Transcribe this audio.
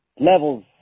levels